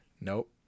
Nope